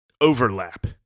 overlap